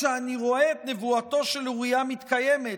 כשאני רואה את נבואתו של אוריה מתקיימת,